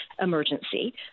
emergency